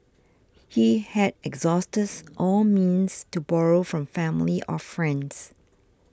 he had exhausted all means to borrow from family or friends